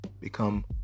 become